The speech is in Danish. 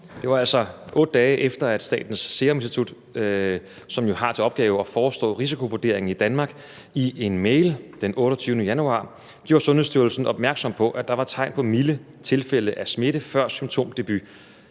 Det var altså, 8 dage efter at Statens Serum Institut, som har til opgave at forestå risikovurderingen i Danmark, i en mail den 28. januar gjorde Sundhedsstyrelsen opmærksom på, at der var tegn på milde tilfælde af smitte før symptomdebut.